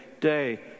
day